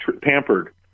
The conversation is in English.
pampered